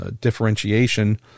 differentiation